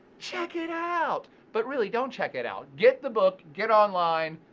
check it out, but really don't check it out. get the book, get online,